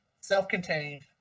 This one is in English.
self-contained